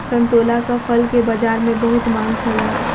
संतोलाक फल के बजार में बहुत मांग छल